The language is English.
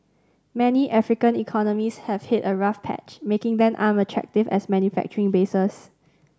many African economies have hit a rough patch making them unattractive as manufacturing bases